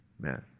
man